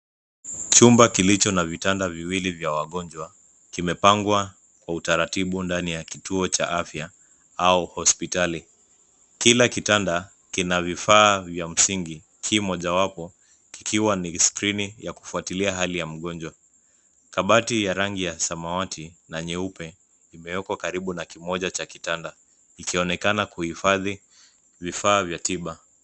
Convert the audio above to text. Chumba kilicho na vitanda viwili vya wagonjwa, kimepangwa kwa utaratibu ndani ya kituo cha afya au hospitali. Kila kitanda kina vifaa vya msingi kimojawapo k ikiwa ni skrini ya kufuatilia hali ya mgonjwa. Kabati ya rangi ya samawati na nyeupe imewekwa karibu na kimoja cha kitanda, ikionekana kuhifadhi vifaa vya tiba.